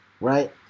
right